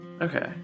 Okay